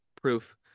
proof